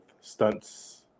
stunts